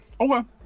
Okay